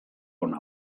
ona